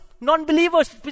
non-believers